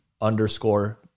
underscore